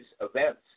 events